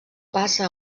passa